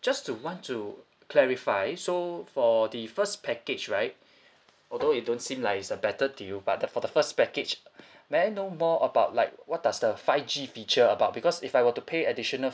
just to want to clarify so for the first package right although it don't seem like it's a better deal but the for the first package may I know more about like what does the five G feature about because if I were to pay additional